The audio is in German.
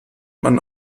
man